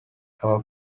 ama